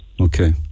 Okay